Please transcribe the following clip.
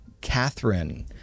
Catherine